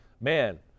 man